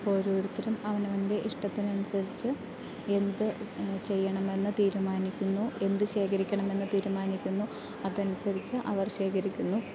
ഓരോരുത്തരും അവനവൻ്റെ ഇഷ്ടത്തിന് അനുസരിച്ച് എന്ത് ചെയ്യണമെന്ന് തീരുമാനിക്കുന്നു എന്ത് ശേഖരിക്കണം എന്ന് തീരുമാനിക്കുന്നു അതനുസരിച്ച് അവർ ശേഖരിക്കുന്നു